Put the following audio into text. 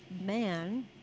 Man